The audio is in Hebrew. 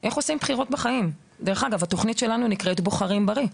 יש לנו תוכנית במערכת החינוך שנקראת ׳בוחרים בריא׳.